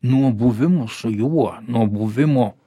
nuo buvimo su juo nuo buvimo